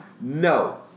No